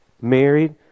Married